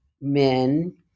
men